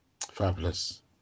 Fabulous